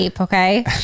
okay